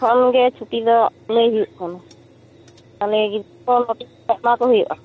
ᱠᱷᱚᱱ ᱜᱮ ᱪᱷᱩᱴᱤ ᱫᱚ ᱞᱟᱹᱭ ᱦᱩᱭᱩᱜ ᱠᱟᱱᱟ ᱛᱟᱦᱚᱞᱮ ᱜᱤᱫᱼᱫᱚ ᱱᱚᱴᱤᱥ ᱮᱢᱟᱠᱚ ᱦᱩᱭᱩᱜᱼᱟ